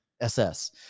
SS